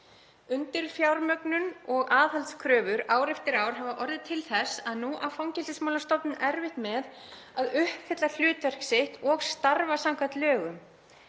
Undirfjármögnun og aðhaldskröfur ár eftir ár hafa orðið til þess að nú á Fangelsismálastofnun erfitt með að uppfylla hlutverk sitt og starfa samkvæmt lögum.